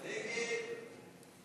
ההסתייגות (20)